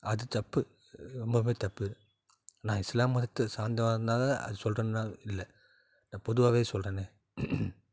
அது தப்பு ரொம்பவுமே தப்பு அது நான் இஸ்லாம் மதத்தை சார்ந்தவன்னால அதை சொல்லுறேன்லான் இல்லை நான் பொதுவாகவே சொல்லுறேன்னே